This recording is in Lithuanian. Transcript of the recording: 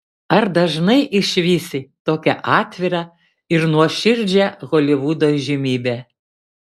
ar dažnai išvysi tokią atvirą ir nuoširdžią holivudo įžymybę